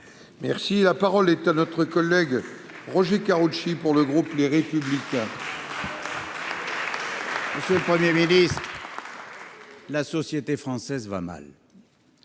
droit. La parole est à M. Roger Karoutchi, pour le groupe Les Républicains. Monsieur le Premier ministre, la société française va mal,